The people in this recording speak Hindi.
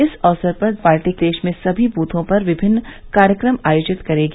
इस अवसर पर पार्टी देश में समी बूथों पर विभिन्न कार्यक्रम आयोजित करेगी